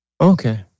Okay